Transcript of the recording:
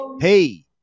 hey